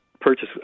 purchase